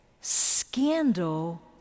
scandal